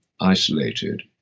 isolated